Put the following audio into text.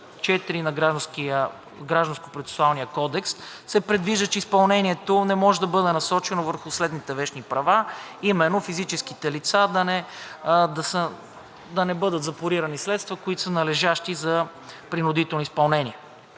на Гражданско-процесуалния кодекс се предвижда, че изпълнението не може да бъде насочено върху следните вещни права, именно на физически лица да не бъдат запорирани средства, които са належащи за принудително изпълнение.